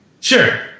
Sure